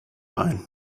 ein